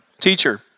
teacher